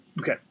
Okay